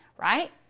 right